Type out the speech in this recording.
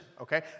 okay